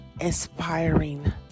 inspiring